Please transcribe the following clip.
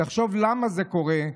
תחשוב למה זה קורה.